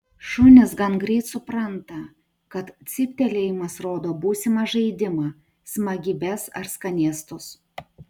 šunys gan greit supranta kad cyptelėjimas rodo būsimą žaidimą smagybes ar skanėstus